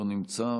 לא נמצא,